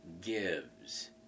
gives